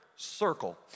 circle